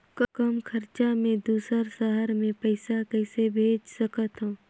कम खरचा मे दुसर शहर मे पईसा कइसे भेज सकथव?